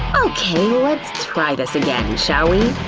okay, let's try this again, shall we?